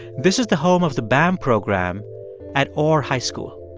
this is the home of the bam program at orr high school.